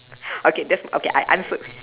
okay that's okay I answered